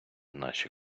наші